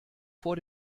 vor